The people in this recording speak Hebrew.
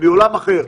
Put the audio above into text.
מעולם אחר,